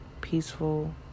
peaceful